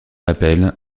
appel